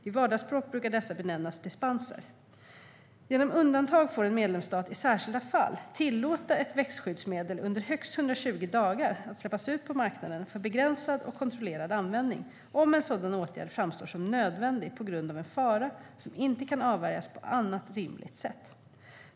I vardagsspråk brukar dessa benämnas dispenser. Genom undantag får en medlemsstat i särskilda fall tillåta att ett växtskyddsmedel under högst 120 dagar släpps ut på marknaden för begränsad och kontrollerad användning om en sådan åtgärd framstår som nödvändig på grund av en fara som inte kan avvärjas på annat rimligt sätt.